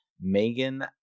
Megan